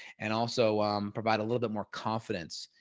and also provide a little bit more confidence,